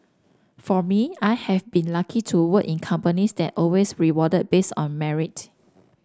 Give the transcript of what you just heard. for me I have been lucky to work in companies that always rewarded based on merit